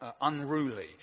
unruly